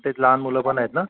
तेच लहान मुलं पण आहेत ना